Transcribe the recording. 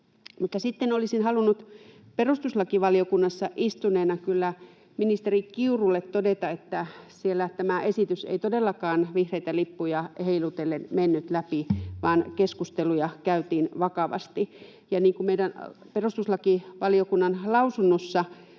olisin halunnut perustuslakivaliokunnassa istuneena kyllä ministeri Kiurulle todeta, että siellä tämä esitys ei todellakaan vihreitä lippuja heilutellen mennyt läpi, vaan keskusteluja käytiin vakavasti. Niin kuin perustuslakivaliokunnan lausunnossa